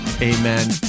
amen